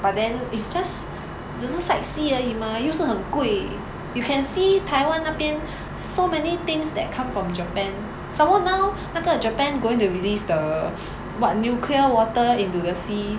but then it's just 只是 sightsee 而已 mah 又是很贵 you can see 台湾那边 so many things that come from japan some more now 那个 japan going to release the [what] nuclear water into the sea